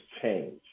change